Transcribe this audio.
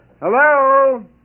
Hello